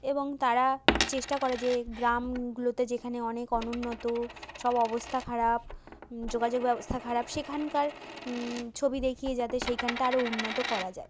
এবং তারা চেষ্টা করে যে গ্রামগুলোতে যেখানে অনেক অনুন্নত সব অবস্থা খারাপ যোগাযোগ ব্যবস্থা খারাপ সেখানকার ছবি দেখিয়ে যাতে সেইখানটা আরো উন্নত করা যায়